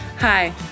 Hi